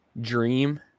dream